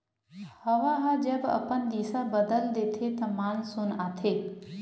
हवा ह जब अपन दिसा बदल देथे त मानसून आथे